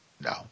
No